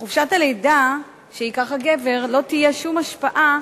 לחופשת הלידה שייקח הגבר לא תהיה שום השפעה